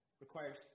requires